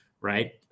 right